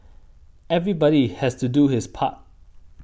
everybody has to do his part